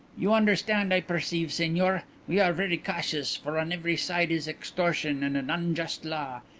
you understand, i perceive, signor. we are very cautious, for on every side is extortion and an unjust law.